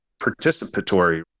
participatory